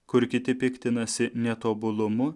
kur kiti piktinasi netobulumu